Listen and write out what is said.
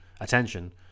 attention